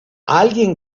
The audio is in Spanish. alguien